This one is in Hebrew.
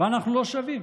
ואנחנו לא שווים.